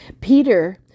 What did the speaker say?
Peter